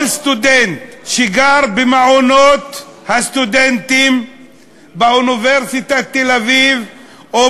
כל סטודנט שגר במעונות הסטודנטים באוניברסיטת תל-אביב או